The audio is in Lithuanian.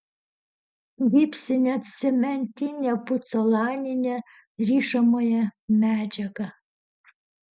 gipsinę cementinę pucolaninę rišamąją medžiagą